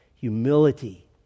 humility